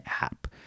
app